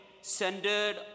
centered